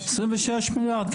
26 מיליארד?